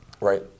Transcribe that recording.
Right